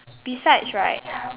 besides right